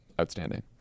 outstanding